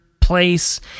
place